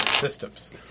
systems